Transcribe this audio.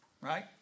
right